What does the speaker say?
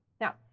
Now